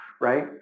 Right